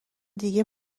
دیگه